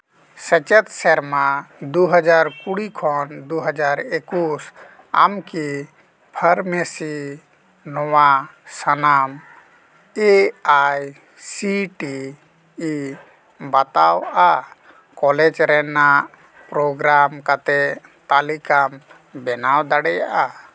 ᱥᱮᱪᱮᱫ ᱥᱮᱨᱢᱟ ᱫᱩᱦᱟᱡᱟᱨ ᱡᱩᱲᱤ ᱠᱷᱚᱱ ᱫᱩᱦᱟᱡᱟᱨ ᱮᱠᱩᱥ ᱟᱢᱠᱤ ᱯᱷᱟᱨᱢᱮᱥᱤ ᱱᱚᱣᱟ ᱥᱟᱱᱟᱢ A I C T E ᱵᱟᱛᱟᱣᱟᱜᱼᱟ ᱠᱚᱞᱮᱡᱽ ᱨᱮᱱᱟᱜ ᱯᱨᱳᱜᱽᱨᱟᱢ ᱠᱟᱛᱮᱫ ᱛᱟᱹᱞᱤᱠᱟᱢ ᱵᱮᱱᱟᱣ ᱫᱟᱲᱮᱭᱟᱜᱼᱟ